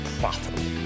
profitable